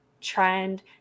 trend